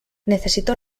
necesito